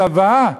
צבא: